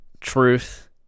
truth